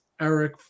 Eric